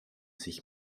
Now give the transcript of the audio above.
zich